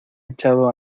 echado